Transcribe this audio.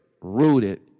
rooted